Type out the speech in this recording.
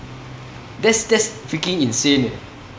that's that's freaking insane eh